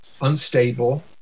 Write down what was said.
unstable